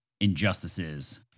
injustices